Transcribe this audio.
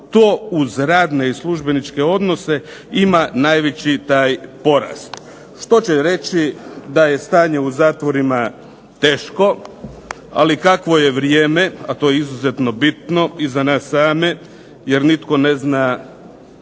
to uz radne i službeničke odnose ima najveći taj porast što će reći da je stanje u zatvorima teško, ali kakvo je vrijeme a to je izuzetno bitno i za nas same jer nitko ne zna